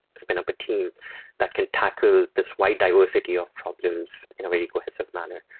spin up a team that can tackle this wide diversity of problems in a very cohesive manner.